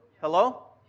Hello